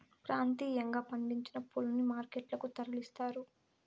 ప్రాంతీయంగా పండించిన పూలని మార్కెట్ లకు తరలిస్తారు